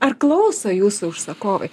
ar klauso jūsų užsakovai